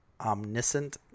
omniscient